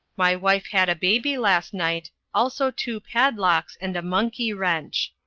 my wife had a baby last nite, also two padlocks and a monkey rench.